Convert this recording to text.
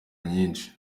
nyinshi